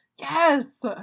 Yes